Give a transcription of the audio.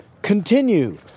continue